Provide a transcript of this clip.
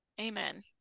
Amen